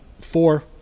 four